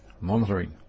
Monitoring